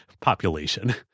population